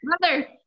Mother